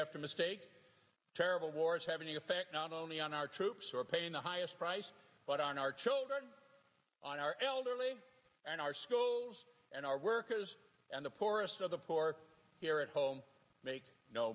after mistake terrible wars have an effect not only on our troops or paying the highest price but on our children and our elderly and our schools and our workers and the poorest of the poor here at home make no